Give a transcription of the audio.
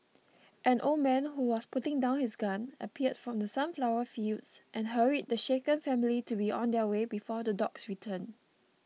an old man who was putting down his gun appeared from the sunflower fields and hurried the shaken family to be on their way before the dogs return